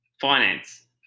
finance